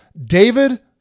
David